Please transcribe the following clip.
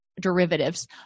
derivatives